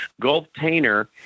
Gulf-Tainer